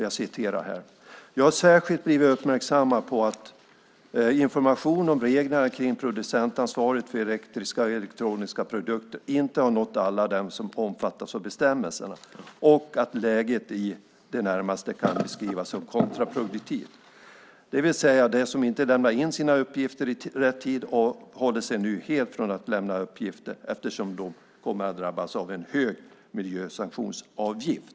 Jag fick svaret: "Jag har särskilt blivit uppmärksammad på att information om reglerna kring producentansvaret för elektriska och elektroniska produkter inte har nått alla dem som omfattas av bestämmelserna och att läget i det närmaste kan beskrivas som kontraproduktivt - det vill säga de som inte lämnar in sina uppgifter i rätt tid avhåller sig nu helt från att lämna uppgifter eftersom de då kommer att drabbas av en hög miljösanktionsavgift."